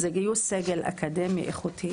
גיוס סגל אקדמי איכותי,